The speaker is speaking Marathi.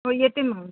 हो येते मग